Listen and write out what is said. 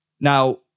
Now